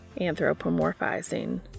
Anthropomorphizing